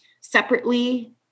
separately